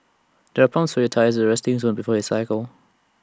there are pumps for your tyres at the resting zone before you cycle